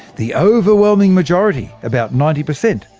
the overwhelming majority, about ninety percent,